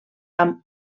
amb